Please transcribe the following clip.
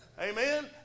Amen